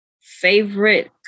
favorite